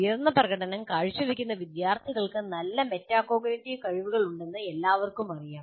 ഉയർന്ന പ്രകടനം കാഴ്ചവയ്ക്കുന്ന വിദ്യാർത്ഥികൾക്ക് നല്ല മെറ്റാകോഗ്നിറ്റീവ് കഴിവുകൾ ഉണ്ടെന്ന് എല്ലാവർക്കും അറിയാം